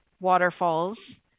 waterfalls